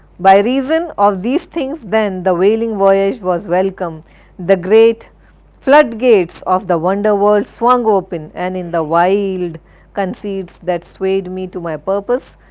by reason of these things, then, the whaling voyage was welcome the great flood-gates of the wonder-world swung open, and in the wild conceits that swayed me to my purpose,